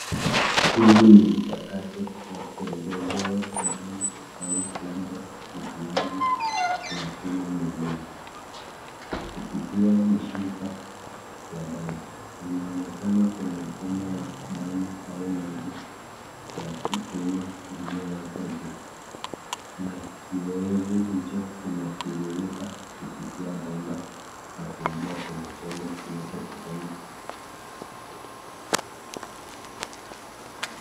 Huu ni mchakato wa kuongezewa damu au labda utiaji wa chuma mwilini kupitia mishipa ya damu. Inaonekana kuna mfumo wa damu au maji ya kuchuma iliyowekwa juu na kiyowevu hicho kinatiririka kupitia bomba na kuingia kwenye chombo kinachokusanya.